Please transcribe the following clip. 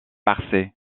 parçay